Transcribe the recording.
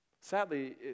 Sadly